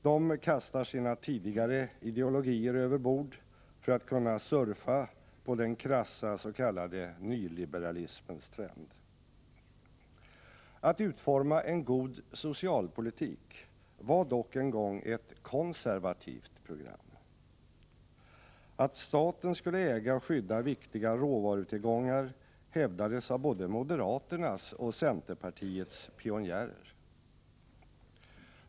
De kastar sina tidigare ideologier över bord för att kunna surfa på den krassa s.k. nyliberalismens trend. Att utforma en god socialpolitik var dock en gång ett konservativt program. Att staten skulle äga och skydda viktiga råvarutillgångar hävdades av både moderaternas och centerpartiets pionjärer.